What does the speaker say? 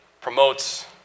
promotes